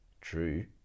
True